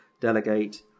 delegate